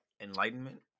Enlightenment